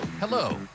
Hello